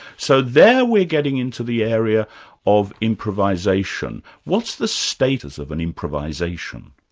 so there we're getting into the area of improvisation. what's the status of an improvisation?